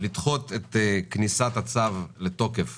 לדחות את כניסת הצו לתוקף